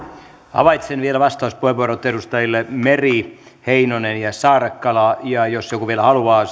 havaitsen vielä vastauspuheenvuorot edustajille meri heinonen ja saarakkala ja jos joku vielä haluaa